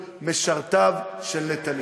אדוני.